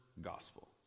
gospel